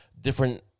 different